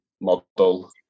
model